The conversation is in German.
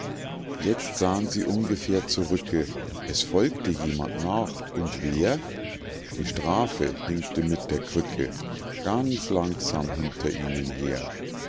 jetzt sah'n sie ungefähr zurücke es folgte jemand nach und wer die strafe hinkte mit der krücke ganz langsam hinter ihnen her